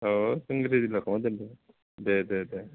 औ नों रेडिल' खालामना दोनदो दे दे दे